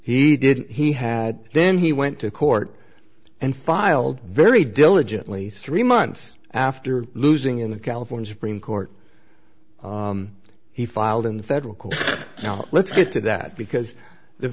he didn't he had then he went to court and filed very diligently three months after losing in the california supreme court he filed in federal court now let's get to that because the